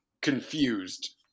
confused